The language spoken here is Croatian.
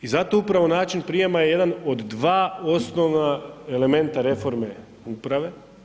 I zato upravo način prijema je jedan od dva osnovna elementa reforme uprave.